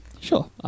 Sure